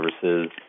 services